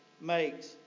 makes